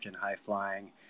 high-flying